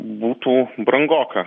būtų brangoka